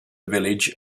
village